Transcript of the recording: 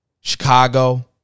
Chicago